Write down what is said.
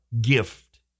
gift